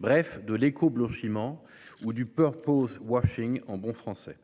Bref, de l'éco-blanchiment ou du porc washing en bon français.